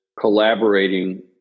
collaborating